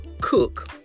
cook